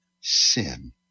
sin